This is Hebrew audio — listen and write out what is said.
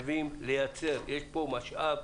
יש פה משאב